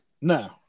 No